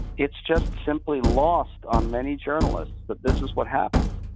it's just simply lost on many journalists that this is what happened.